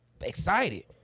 excited